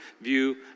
view